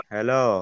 Hello